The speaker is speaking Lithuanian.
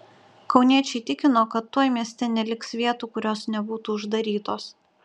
kauniečiai tikino kad tuoj mieste neliks vietų kurios nebūtų uždarytos